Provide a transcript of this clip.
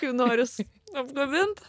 kai noris apkabint